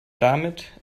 damit